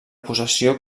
possessió